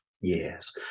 Yes